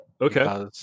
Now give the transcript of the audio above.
Okay